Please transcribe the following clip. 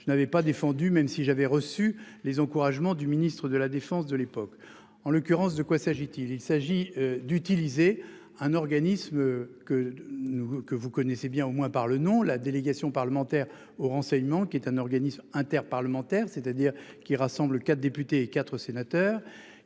je n'avais pas défendu, même si j'avais reçu les encouragements du Ministre de la défense de l'époque. En l'occurrence de quoi s'agit-il. Il s'agit d'utiliser un organisme que nous que vous connaissez bien, au moins par le nom, la délégation parlementaire au renseignement qui est un organisme inter-parlementaire, c'est-à-dire qui rassemble 4 députés et 4 sénateurs.